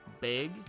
Big